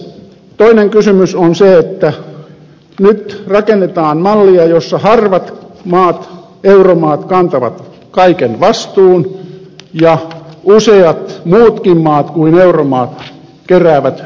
toinen kysymys on se että nyt rakennetaan mallia jossa harvat euromaat kantavat kaiken vastuun ja useat muutkin maat kuin euromaat keräävät hyödyn